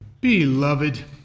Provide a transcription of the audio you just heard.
Beloved